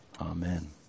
Amen